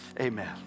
amen